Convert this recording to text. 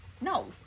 No